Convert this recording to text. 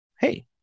Hey